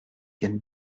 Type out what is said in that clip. gagne